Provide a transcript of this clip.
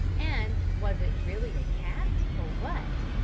and was it really a cat, or what?